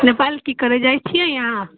नेपाल की करय जाइत छियै अहाँ